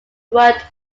worked